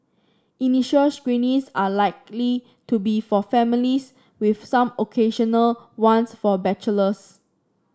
initial screenings are likely to be for families with some occasional ones for bachelors